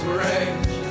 range